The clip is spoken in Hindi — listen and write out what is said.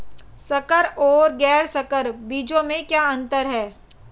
संकर और गैर संकर बीजों में क्या अंतर है?